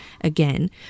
again